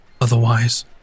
otherwise